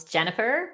Jennifer